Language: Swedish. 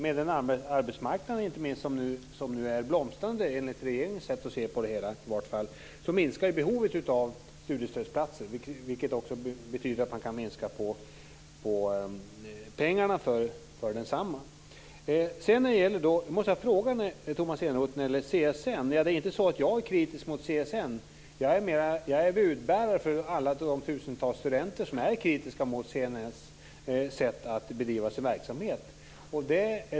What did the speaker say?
Med en annan arbetsmarknad som nu enligt regeringen är blomstrande minskar behovet av studiestödsplatser, vilket betyder att man kan minska på pengarna för densamma. Jag måste fråga Tomas Eneroth om CSN. Jag är inte kritisk mot CSN. Jag är budbärare för alla de tusentals studenter som är kritiska mot CSN:s sätt att bedriva sin verksamhet.